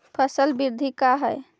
फसल वृद्धि का है?